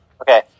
okay